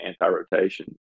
anti-rotation